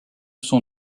son